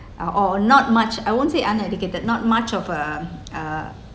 uh or not much I won't say uneducated not much of a uh